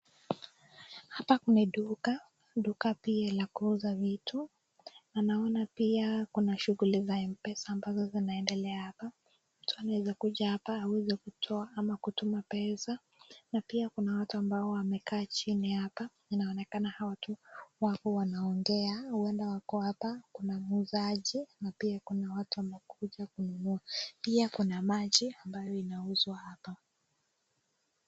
Hapa kuna duka, ni duka pia la kuuza vitu naona pia kuna shughuli za M-pesa ambazo zinaendelea hapa , mtu anaweza kuja hapa kutoa ama kutuma pesa na pia kuna watu ambao wamekaa chini hapa inaonekana hawa watu wapo wanaongea huenda kuna muuzaji na watu wamekuja kununua, pia kuna maji ambayo inauzwa hapa.